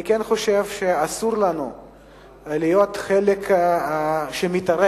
אני כן חושב שאסור לנו להיות חלק שמתערב